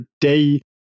day